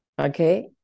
Okay